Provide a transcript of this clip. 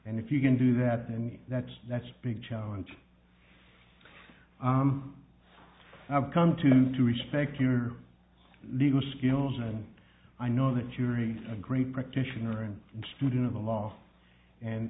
and if you can do that then that's that's big challenge i've come to to respect your legal skills and i know that you're e a great practitioner and student of